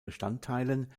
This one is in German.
bestandteilen